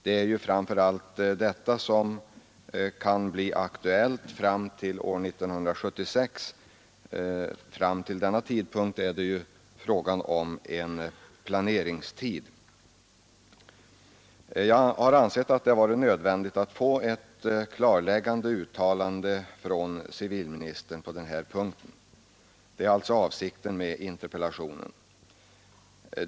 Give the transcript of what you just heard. Det är framför allt detta som kan bli aktuellt fram till år 1976. Fram till denna tidpunkt är det fråga om en planeringstid för översiktsplanerna. Jag har ansett att det var nödvändigt att få ett klarläggande uttalande från civilministern på denna punkt. Det är alltså avsikten med interpellationen.